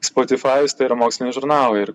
spotifajus tai yra moksliniai žurnalai ir